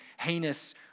heinous